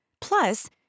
Plus